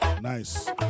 Nice